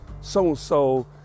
so-and-so